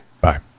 bye